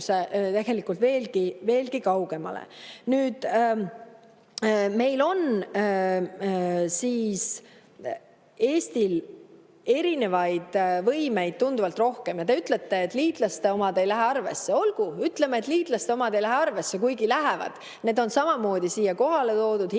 veelgi kaugemale. Meil on Eestil erinevaid võimeid tunduvalt rohkem. Te ütlete, et liitlaste omad ei lähe arvesse. Olgu, ütleme, et liitlaste omad ei lähe arvesse, kuigi lähevad. Need on siia kohale toodud HIMARS-id,